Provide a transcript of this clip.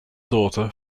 daughter